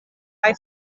kaj